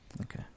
Okay